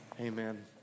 Amen